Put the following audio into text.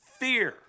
fear